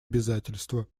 обязательства